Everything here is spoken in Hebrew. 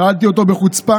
שאלתי אותו בחוצפה.